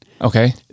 Okay